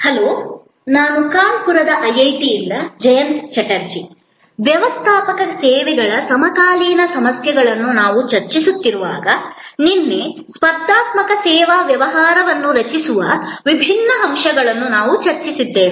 hello ನಾನು ಕಾನ್ಪುರದ ಐಐಟಿಯಿಂದ ಜಯಂತ ಚಟರ್ಜಿ ವ್ಯವಸ್ಥಾಪಕ ಸೇವೆಗಳ ಸಮಕಾಲೀನ ಸಮಸ್ಯೆಗಳನ್ನು ನಾವು ಚರ್ಚಿಸುತ್ತಿರುವಾಗ ನಿನ್ನೆ ಸ್ಪರ್ಧಾತ್ಮಕ ಸೇವಾ ವ್ಯವಹಾರವನ್ನು ರಚಿಸುವ ವಿಭಿನ್ನ ಅಂಶಗಳನ್ನು ನಾವು ಚರ್ಚಿಸಿದ್ದೇವೆ